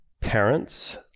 parents